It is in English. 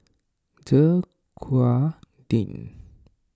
Dequadin